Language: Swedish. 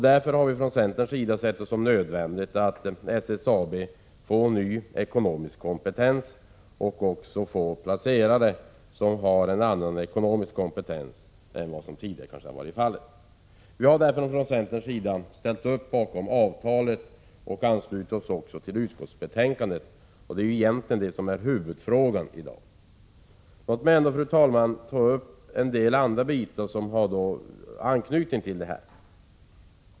Därför har vi från centerns sida ansett att det är nödvändigt att SSAB får ny ekonomisk kompetens och också får placerare med annan ekonomisk kompetens än vad som tidigare kanske har varit fallet. Vi har därför från centern ställt upp bakom avtalet, och vi ansluter oss också till utskottets förslag, vilket är den egentliga huvudfrågan i dag. Låt mig ändå, fru talman, ta upp en del andra frågor som har anknytning till detta.